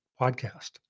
podcast